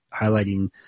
highlighting